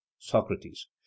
socrates